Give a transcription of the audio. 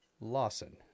Lawson